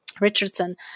Richardson